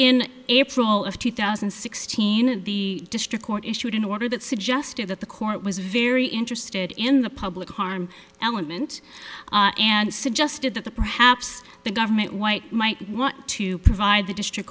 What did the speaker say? in april of two thousand and sixteen and the district court issued an order that suggested that the court was very interested in the public harm element and suggested that the perhaps the government white might want to provide the district